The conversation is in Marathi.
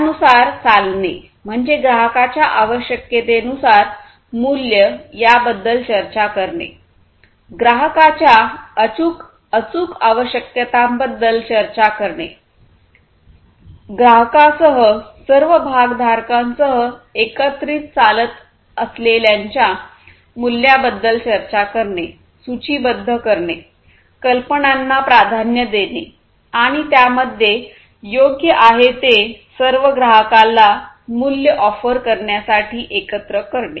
त्यानुसार चालणे म्हणजे ग्राहकांच्या आवश्यकतेनुसार मूल्य याबद्दल चर्चा करणे ग्राहकांच्या अचूक आवश्यकतांबद्दल चर्चा करणे ग्राहकांसह सर्व भागधारकांसह एकत्रित चालत असलेल्यांच्या मूल्याबद्दल चर्चा करणे सूचीबद्ध करणे कल्पनांना प्राधान्य देणे आणि त्यामध्ये योग्य आहे ते सर्व ग्राहकाला मूल्य ऑफर करण्यासाठी एकत्र करणे